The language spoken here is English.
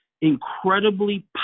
incredibly